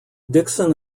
dixon